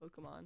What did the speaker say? Pokemon